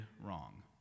wrong